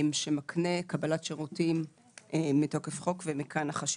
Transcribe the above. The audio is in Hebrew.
שמקנה קבלת שירותים מתוקף חוק ומכאן חשיבותו.